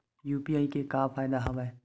UPI के का फ़ायदा हवय?